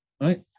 right